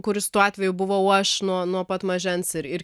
kuris tuo atveju buvau aš nuo nuo pat mažens ir ir